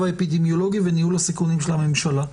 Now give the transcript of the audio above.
האפידמיולוגי וניהול הסיכונים של הממשלה.